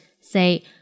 say